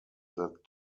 that